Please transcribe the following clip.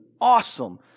awesome